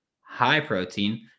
high-protein